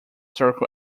circus